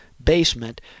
basement